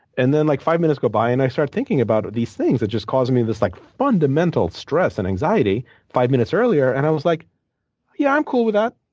and then, like five minutes go by, and i start thinking about these things that just caused me this like fundamental stress and anxiety five minutes earlier. and i was like yeah i'm cool with that.